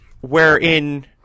wherein